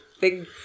big